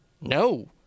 No